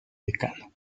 decano